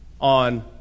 on